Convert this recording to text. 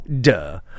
Duh